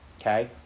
okay